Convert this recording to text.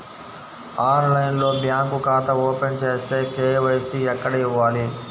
ఆన్లైన్లో బ్యాంకు ఖాతా ఓపెన్ చేస్తే, కే.వై.సి ఎక్కడ ఇవ్వాలి?